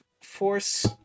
force